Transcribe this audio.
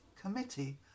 committee